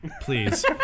Please